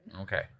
Okay